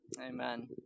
Amen